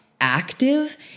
active